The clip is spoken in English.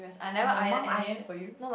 or your mum iron for you